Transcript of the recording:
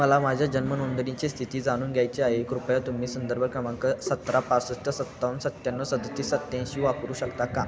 मला माझ्या जन्मनोंदणीची स्थिती जाणून घ्यायची आहे कृपया तुम्ही सुंदर्भ क्रमांक सतरा पासष्ट सत्तावन सत्त्याणव सदतीस सत्याऐंशी वापरू शकता का